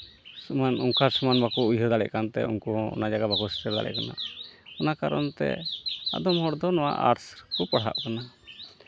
ᱚᱱᱠᱟ ᱥᱚᱢᱟᱱ ᱵᱟᱠᱚ ᱩᱭᱦᱟᱹᱨ ᱫᱟᱲᱮᱭᱟᱜ ᱠᱟᱱᱛᱮ ᱩᱱᱠᱩ ᱦᱚᱸ ᱚᱱᱟ ᱡᱟᱭᱜᱟ ᱵᱟᱠᱚ ᱥᱮᱴᱮᱨ ᱫᱟᱲᱮᱭᱟᱜ ᱠᱟᱱᱟ ᱚᱱᱟ ᱠᱟᱨᱚᱱᱛᱮ ᱟᱫᱚᱢ ᱦᱚᱲ ᱫᱚ ᱱᱚᱣᱟ ᱟᱨᱴᱥ ᱨᱮᱠᱚ ᱯᱟᱲᱦᱟᱜ ᱠᱟᱱᱟ